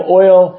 oil